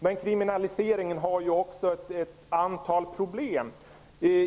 Men det innebär ett antal problem med kriminalisering.